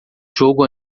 jogo